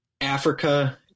Africa